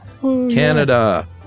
Canada